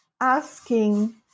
Asking